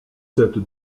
cette